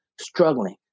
struggling